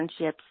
internships